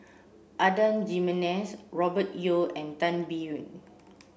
Adan Jimenez Robert Yeo and Tan Biyun